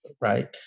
right